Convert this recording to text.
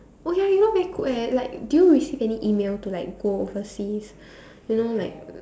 oh ya you know very good eh like did you receive any email to like go overseas you know like